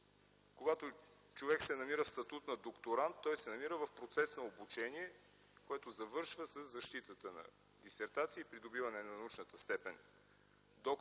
Когато човек се намира в статут на докторант, той се намира в процес на обучение, който завършва със защитата на дисертация и придобиване на научната степен „доктор”.